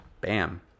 bam